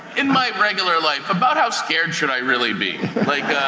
in my regular life, about how scared should i really be? like a